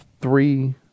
three